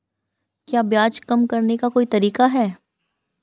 क्या ब्याज कम करने का कोई तरीका है?